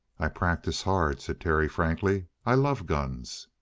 i practice hard, said terry frankly. i love guns.